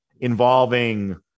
involving